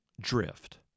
drift